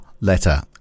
letter